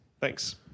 Thanks